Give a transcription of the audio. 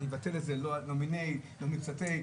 אנחנו משרתים פה את הציבור,